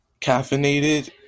caffeinated